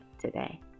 today